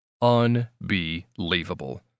Unbelievable